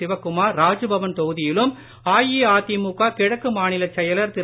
சிவக்குமார் ராஜ்பவன் தொகுதியிலும் அதிமுக கிழக்கு மாநிலச் செயலாளர் திரு